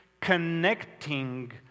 connecting